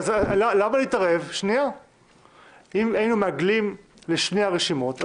אם היינו מעגלים לשתי הרשימות,